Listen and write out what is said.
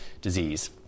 disease